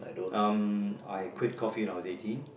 um I quit coffee when I was eighteen